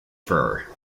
fur